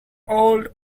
old